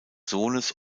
sohnes